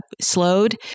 slowed